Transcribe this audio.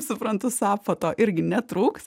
suprantu sapfo to irgi netrūks